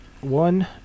one